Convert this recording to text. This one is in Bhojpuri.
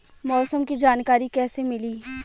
मौसम के जानकारी कैसे मिली?